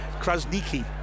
Krasniki